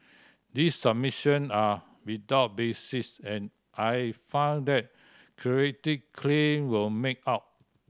these submission are without basis and I find that Creative claim were made out